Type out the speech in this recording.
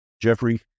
Jeffrey